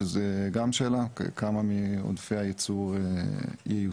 שזו גם שאלה כמה מעודפי הייצור ייוצאו,